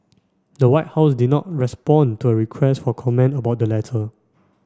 the White House did not respond to a request for comment about the letter